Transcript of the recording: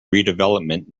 redevelopment